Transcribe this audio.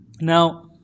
Now